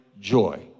joy